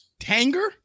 Tanger